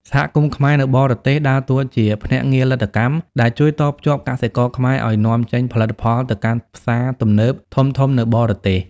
សហគមន៍ខ្មែរនៅបរទេស ដើរតួជា "ភ្នាក់ងារលទ្ធកម្ម" ដែលជួយតភ្ជាប់កសិករខ្មែរឱ្យនាំចេញផលិតផលទៅកាន់ផ្សារទំនើបធំៗនៅបរទេស។